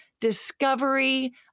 discovery